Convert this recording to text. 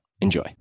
Enjoy